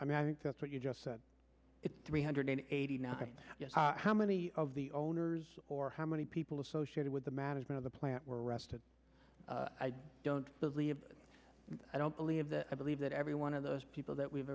i mean i think that's what you just said it three hundred eighty nine how many of the owners or how many people associated with the management of the plant were arrested i don't believe i don't believe that i believe that every one of those people that we've